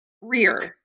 rear